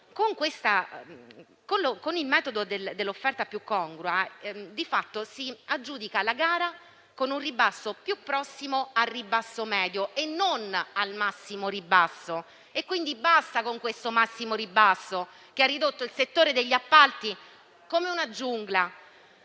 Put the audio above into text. Con il metodo dell'offerta più congrua di fatto si aggiudica la gara con un ribasso più prossimo al ribasso medio e non al massimo ribasso. Basta, quindi, con il massimo ribasso, che ha ridotto il settore degli appalti ad una giungla.